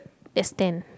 just ten